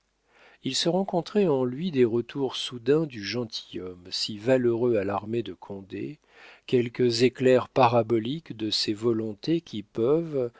il se rencontrait en lui des retours soudains du gentilhomme si valeureux à l'armée de condé quelques éclairs paraboliques de ces volontés qui peuvent